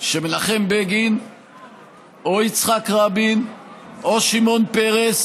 שמנחם בגין או יצחק רבין או שמעון פרס,